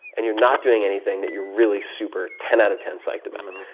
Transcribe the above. and you're not doing anything that you're really super ten out of ten psyched about.